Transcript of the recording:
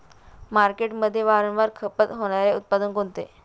मार्केटमध्ये वारंवार खपत होणारे उत्पादन कोणते?